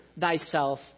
thyself